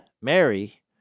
Mary